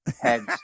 heads